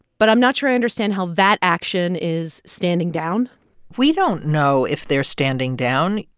but i'm not sure i understand how that action is standing down we don't know if they're standing down.